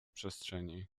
przestrzeni